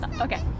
Okay